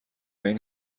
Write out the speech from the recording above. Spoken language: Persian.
این